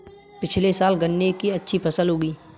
पिछले साल गन्ने की अच्छी फसल उगी